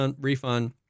refund